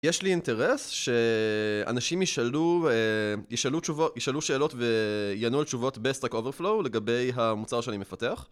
יש לי אינטרס שאנשים ישאלו שאלות ויענו על תשובות ב-Stack Overflow לגבי המוצר שאני מפתח